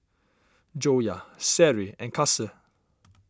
Joyah Seri and Kasih